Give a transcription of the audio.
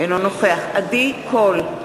אינו נוכח עדי קול,